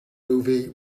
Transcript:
movie